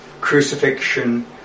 crucifixion